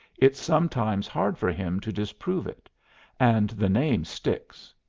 it's sometimes hard for him to disprove it and the name sticks.